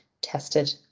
tested